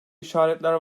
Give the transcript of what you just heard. işaretler